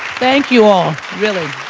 thank you all, really.